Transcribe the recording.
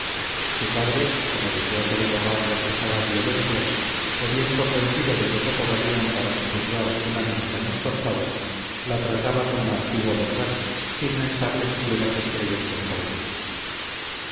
su padre como deseoso de borrar las pasadas violencias o bien convencido de que poco valían para sojuzgar un ánimo tan esforzado la trataba con la antigua bondad sin mentarle siquiera sus proyectos favoritos